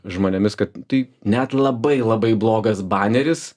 žmonėmis kad tai net labai labai blogas baneris